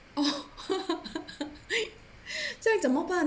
这样怎么办